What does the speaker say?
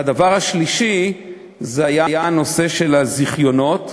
הדבר השלישי היה נושא הזיכיונות.